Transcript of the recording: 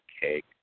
cake